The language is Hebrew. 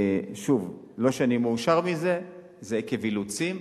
שוב, לא שאני מאושר מזה, זה עקב אילוצים,